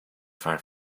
far